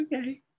okay